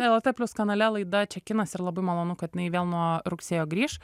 lrt plius kanale laida čia kinas ir labai malonu kad jinai vėl nuo rugsėjo grįš